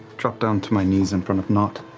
drop down to my knees in front of nott.